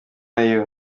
ayew